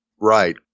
Right